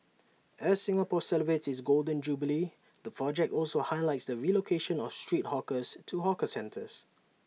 as Singapore celebrates its Golden Jubilee the project also highlights the relocation of street hawkers to hawker centres